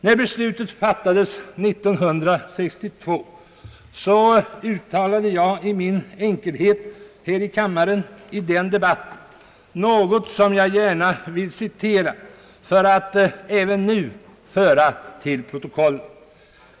När beslutet fattades 1962 uttalade jag i den debatten något som jag gärna vill citera för att även nu få till protokollet.